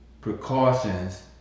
precautions